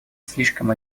слишком